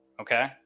okay